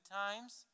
times